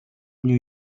new